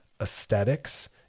aesthetics